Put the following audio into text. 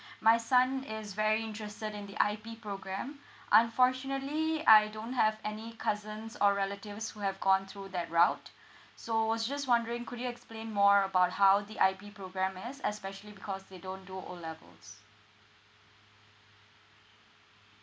my son is very interested in the I_P program unfortunately I don't have any cousins or relatives who have gone through that route so I was just wondering could you explain more about how the I_P program is especially because they don't do O levels